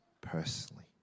personally